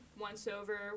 once-over